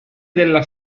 della